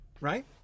right